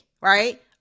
right